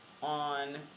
On